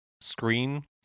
screen